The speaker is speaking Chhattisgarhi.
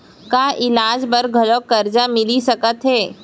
का इलाज बर घलव करजा मिलिस सकत हे?